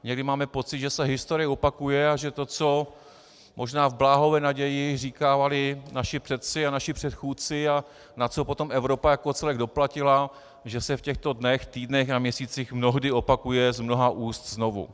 Někdy máme pocit, že se historie opakuje a že to, co možná v bláhové naději říkávali naši předci a naši předchůdci a na co potom Evropa jako celek doplatila, že se v těchto dnech, týdnech a měsících mnohdy opakuje z mnoha úst znovu.